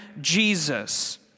Jesus